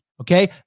Okay